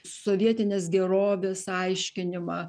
sovietinės gerovės aiškinimą